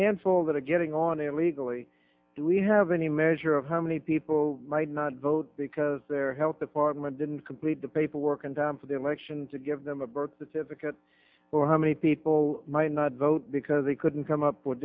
handful that are getting on it legally do we have any measure of how many people might not vote because their health department didn't complete the paperwork and for the election to give them a birth certificate or how many people might not vote because they couldn't come up with